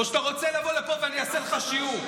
או שאתה רוצה לבוא לפה ואני אעשה לך שיעור?